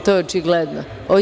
To je očigledno.